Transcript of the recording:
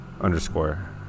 underscore